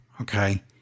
okay